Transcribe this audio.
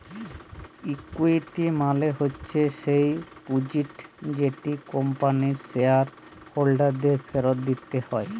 equity মালে হচ্যে স্যেই পুঁজিট যেট কম্পানির শেয়ার হোল্ডারদের ফিরত দিতে হ্যয়